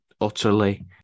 utterly